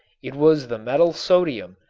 it was the metal sodium,